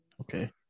Okay